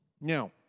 Now